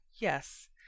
yes